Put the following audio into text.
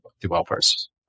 developers